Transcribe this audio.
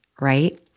right